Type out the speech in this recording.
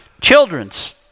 children's